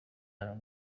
حروم